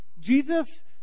Jesus